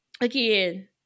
again